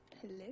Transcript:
Hello